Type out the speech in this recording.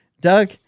Doug